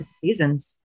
seasons